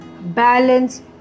Balance